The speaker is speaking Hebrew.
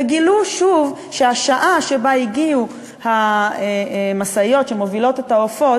וגילו שוב שהשעה שבה הגיעו המשאיות שמובילות את העופות